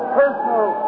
personal